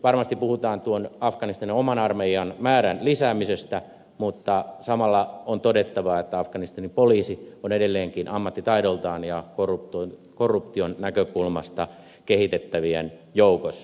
varmasti puhutaan tuon afganistanin oman armeijan määrän lisäämisestä mutta samalla on todettava että afganistanin poliisi on edelleenkin ammattitaidoltaan ja korruption näkökulmasta kehitettävien joukossa